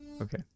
Okay